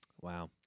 wow